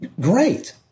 Great